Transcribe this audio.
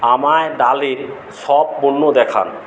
আমায় ডালের সব পণ্য দেখা